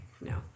no